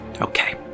Okay